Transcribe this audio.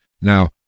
Now